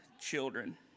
children